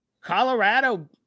Colorado